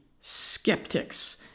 skeptics